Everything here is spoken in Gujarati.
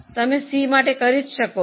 તમે સી માટે કરી શકો છો